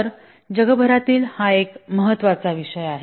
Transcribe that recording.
तर जगभरातील हा एक महत्त्वाचा विषय आहे